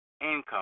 income